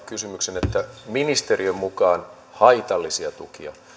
kysymyksen kun ministeriön mukaan haitallisia tukia